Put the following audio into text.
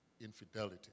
infidelity